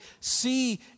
see